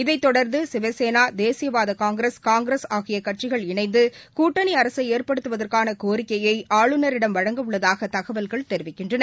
இதைத் தொடர்ந்துசிவசேனா தேசியவாதகாங்கிரஸ் காங்கிரஸ் இணைந்துகூட்டனிஅரசைஏற்படுத்துவதற்கானகோரிக்கையைஆளுநரிடம் வழங்க உள்ளதாகதகவல்கள் தெரிவிக்கின்றன